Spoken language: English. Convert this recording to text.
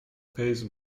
pace